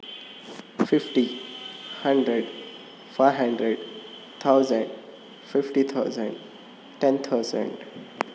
fifty hundred five hundred thousand fifty thousand ten thousand